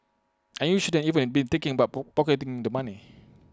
and you shouldn't even be thinking about poor pocketing the money